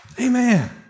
Amen